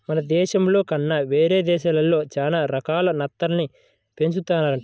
మన దేశంలో కన్నా వేరే దేశాల్లో చానా రకాల నత్తల్ని పెంచుతున్నారంట